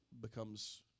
becomes